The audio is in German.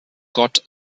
gott